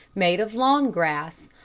made of lawn grass,